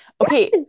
Okay